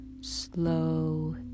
slow